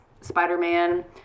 Spider-Man